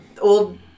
old